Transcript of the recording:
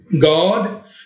God